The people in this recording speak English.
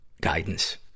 guidance